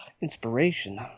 Inspiration